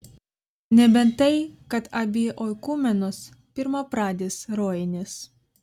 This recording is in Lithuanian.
nebent tai kad abi oikumenos pirmapradės rojinės